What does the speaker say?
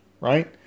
right